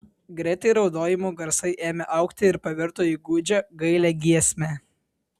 greitai raudojimų garsai ėmė augti ir pavirto į gūdžią gailią giesmę